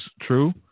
true